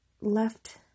left